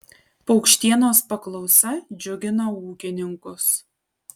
paukštienos paklausa džiugina ūkininkus